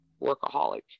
workaholic